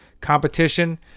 competition